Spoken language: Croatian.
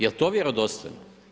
Je li to vjerodostojno?